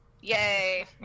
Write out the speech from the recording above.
Yay